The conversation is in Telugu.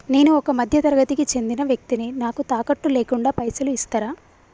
నేను ఒక మధ్య తరగతి కి చెందిన వ్యక్తిని నాకు తాకట్టు లేకుండా పైసలు ఇస్తరా?